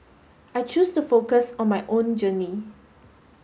I choose to focus on my own journey